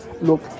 look